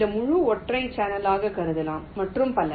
இந்த முழு ஒற்றை சேனலாக கருதலாம் மற்றும் பல